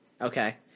Okay